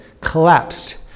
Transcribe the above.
collapsed